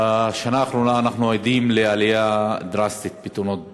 בשנה האחרונה אנחנו עדים לעלייה דרסטית בתאונות דרכים,